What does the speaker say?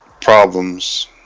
problems